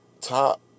top